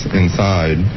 inside